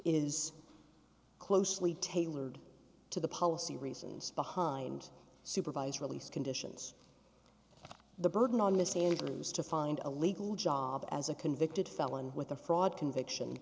is closely tailored to the policy reasons behind supervised release conditions the burden on the sailors to find a legal job as a convicted felon with a fraud conviction